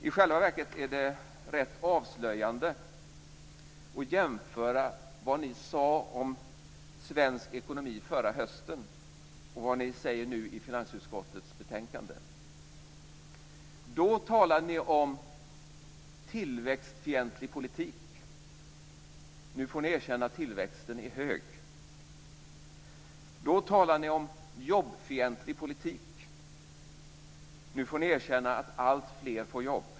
I själva verket är det rätt avslöjande att jämföra vad ni sade om svensk ekonomi förra hösten och vad ni säger nu i Finansutskottets betänkande. Då talade ni om tillväxtfientlig politik. Nu får ni erkänna att tillväxten är hög. Då talade ni om jobbfientlig politik. Nu får ni erkänna att alltfler får jobb.